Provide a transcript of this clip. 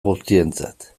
guztientzat